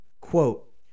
quote